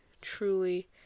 truly